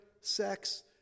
sex